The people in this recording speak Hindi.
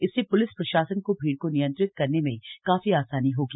इससे प्लिस प्रशासन को भीड़ नियंत्रण करने में काफी आसानी होगी